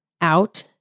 out